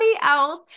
else